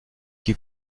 qui